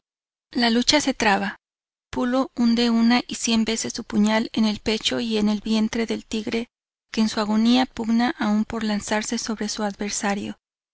la lucha se traba pulo hunde una y cien veces su puñal en el pecho y el vientre del tigre que en su agonía pugna aun por lanzarse sobre su adversario